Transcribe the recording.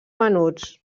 menuts